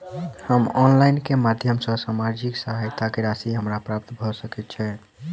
हम ऑनलाइन केँ माध्यम सँ सामाजिक सहायता केँ राशि हमरा प्राप्त भऽ सकै छै?